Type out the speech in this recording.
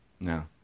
No